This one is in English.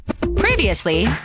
Previously